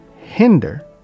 hinder